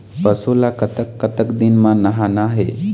पशु ला कतक कतक दिन म नहाना हे?